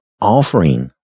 offering